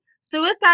suicide